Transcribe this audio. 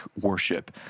worship